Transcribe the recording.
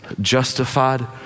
justified